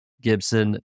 Gibson